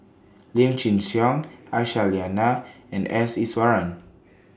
Lim Chin Siong Aisyah Lyana and S Iswaran